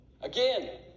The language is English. Again